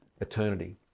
eternity